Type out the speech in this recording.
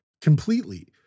completely